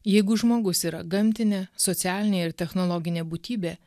jeigu žmogus yra gamtinė socialinė ir technologinė būtybė